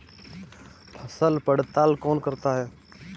फसल पड़ताल कौन करता है?